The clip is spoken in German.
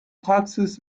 praxis